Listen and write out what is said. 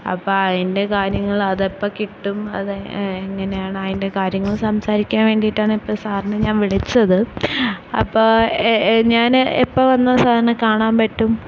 അപ്പം അതിന്റെ കാര്യങ്ങളതെപ്പം കിട്ടും അത് എങ്ങനെയാണതിന്റെ കാര്യങ്ങൾ സംസാരിക്കാന് വേണ്ടീട്ടാണിപ്പം സാറിനെ ഞാന് വിളിച്ചത് അപ്പം ഞാൻ എപ്പം വന്നാൽ സാറിനെ കാണാന് പറ്റും